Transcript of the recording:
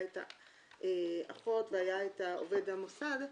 האחות ועובד המוסד,